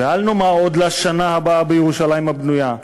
ואל נאמר עוד "לשנה הבאה בירושלים הבנויה",